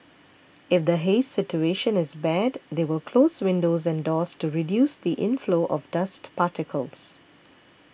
if the haze situation is bad they will close windows and doors to reduce the inflow of dust particles